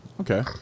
Okay